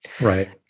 Right